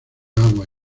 agua